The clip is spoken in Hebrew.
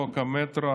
חוק המטרו.